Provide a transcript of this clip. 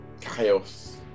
...chaos